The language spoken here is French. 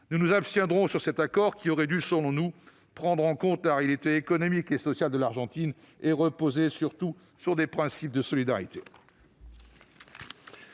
Nous nous abstiendrons donc sur cet accord, qui aurait dû, selon nous, prendre en compte la réalité économique et sociale de l'Argentine et reposer, surtout, sur des principes de solidarité.